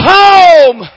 home